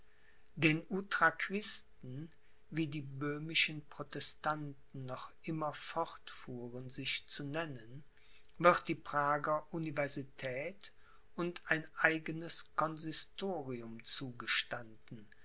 den utraquisten wie die böhmischen protestanten noch immer fortfuhren sich zu nennen wird die prager universität und ein eigenes consistorium zugestanden